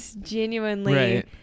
genuinely